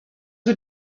had